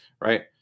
right